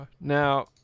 Now